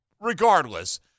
regardless